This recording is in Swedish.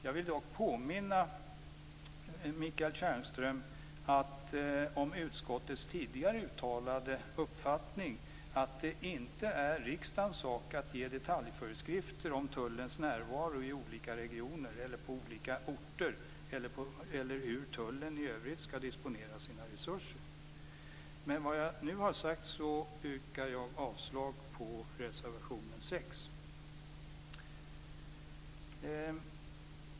Jag vill dock påminna Michael Stjernström om utskottets tidigare uttalade uppfattning att det inte är riksdagens sak att ge detaljföreskrifter om Tullens närvaro i olika regioner, på olika orter eller hur Tullen i övrigt skall disponera sina resurser. Med vad jag nu har sagt yrkar jag avslag på reservation 6.